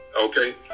okay